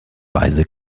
weise